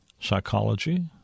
Psychology